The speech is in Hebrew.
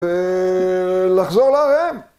אההה... לחזור לארם?